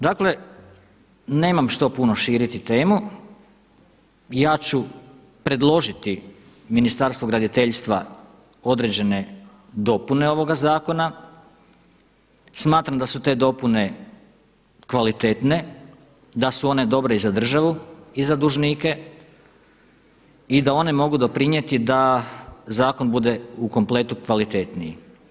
Dakle, nemam što puno širiti temu, ja ću predložiti Ministarstvu graditeljstva određene dopune ovoga zakona, smatram da su te dopune kvalitetne, da su one dobre i za državu i za dužnike i da one mogu doprinijeti da zakon bude u kompletu kvalitetniji.